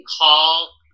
call